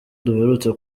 duherutse